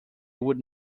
would